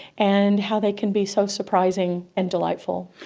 and how they can be so surprising and delightful.